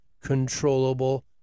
controllable